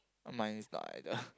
mine is not either